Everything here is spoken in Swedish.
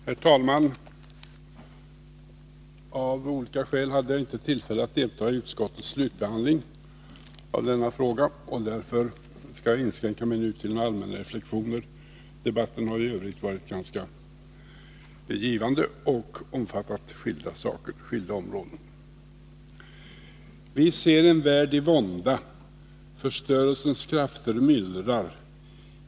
Herr talman! Av olika skäl hade jag inte tillfälle att delta i utskottets slutbehandling av denna fråga. Därför skall jag nu inskränka mig till några allmänna reflexioner. Debatten har ju i övrigt varit ganska givande och omfattat skilda områden. ”Vi ser en värld i vånda. Förstörelsens krafter myllrar.